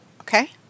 okay